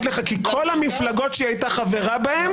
כל המפלגות שהיא הייתה חברה בהן,